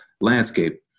landscape